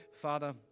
Father